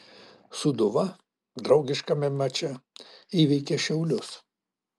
sūduva draugiškame mače įveikė šiaulius